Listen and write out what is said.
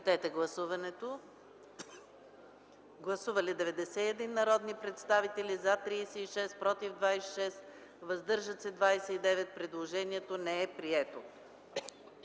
Стоилов. Гласували 91 народни представители: за 36, против 26, въздържали се 29. Предложението не е прието.